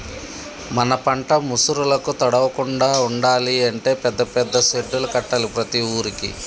మన పంట ముసురులకు తడవకుండా ఉండాలి అంటే పెద్ద పెద్ద సెడ్డులు కట్టాలి ప్రతి ఊరుకి